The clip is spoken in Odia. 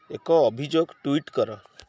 ଏକ ଅଭିଯୋଗ ଟୁଇଟ୍ କର